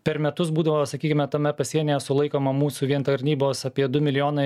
per metus būdavo sakykime tame pasienyje sulaikoma mūsų vien tarnybos apie du milijonai